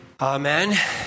Amen